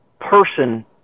person